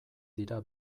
dira